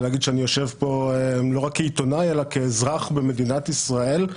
להגיד שאני יושב פה לא רק כעיתונאי אלא כאזרח במדינת ישראל,